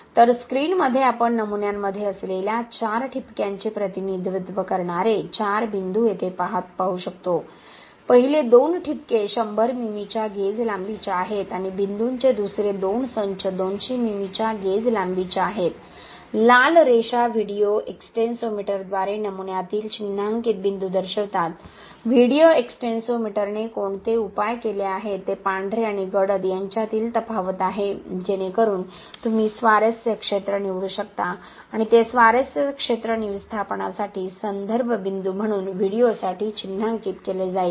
तर स्क्रीनमध्ये आपण नमुन्यांमध्ये असलेल्या 4 ठिपक्यांचे प्रतिनिधित्व करणारे 4 बिंदू येथे पाहू शकतो पहिले दोन ठिपके 100 मिमीच्या गेज लांबीचे आहेत आणि बिंदूंचे दुसरे दोन संच 200 मिमीच्या गेज लांबीचे आहेत लाल रेषा व्हिडिओ एक्सटेन्सोमीटरद्वारे नमुन्यातील चिन्हांकित बिंदू दर्शवितात व्हिडिओ एक्स्टेन्सोमीटरने कोणते उपाय केले आहेत ते पांढरे आणि गडद यांच्यातील तफावत आहे जेणेकरून तुम्ही स्वारस्य क्षेत्र निवडू शकता आणि ते स्वारस्य क्षेत्र विस्थापनासाठी संदर्भ बिंदू म्हणून व्हिडिओसाठी चिन्हांकित केले जाईल